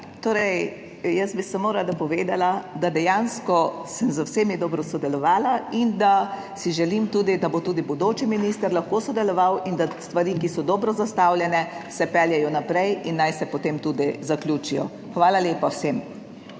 Torej jaz bi samo rada povedala, da dejansko sem z vsemi dobro sodelovala in da si želim tudi, da bo tudi bodoči minister lahko sodeloval in da stvari, ki so dobro zastavljene, se peljejo naprej in naj se potem tudi zaključijo. Hvala lepa vsem.